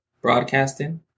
broadcasting